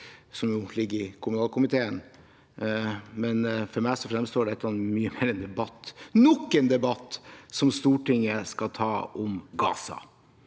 som nå ligger i kommunalkomiteen, men for meg fremstår dette mye mer som en debatt – nok en debatt – som Stortinget skal ta om Gaza,